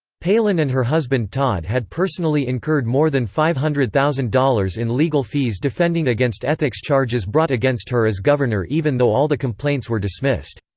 palin and her husband todd had personally incurred more than five hundred thousand dollars in legal fees defending against ethics charges brought against her as governor even even though all the complaints were dismissed.